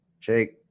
Jake